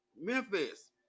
Memphis